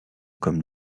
comme